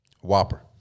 Whopper